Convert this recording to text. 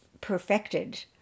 perfected